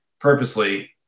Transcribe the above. purposely